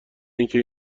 اینکه